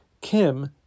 Kim